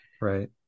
right